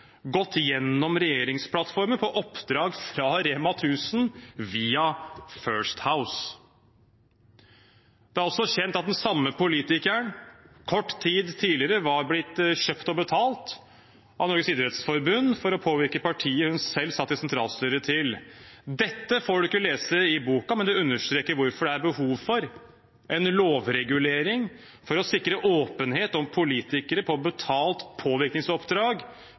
gått igjennom regjeringsplattformen på oppdrag fra Rema 1000, via First House. Det er også kjent at den samme politikeren kort tid tidligere var blitt kjøpt og betalt av Norges idrettsforbund for å påvirke partiet hun selv satt i sentralstyret til. Dette får man ikke lese i boken, men det understreker hvorfor det er behov for en lovregulering for å sikre åpenhet om politikere på betalt påvirkningsoppdrag